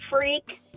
freak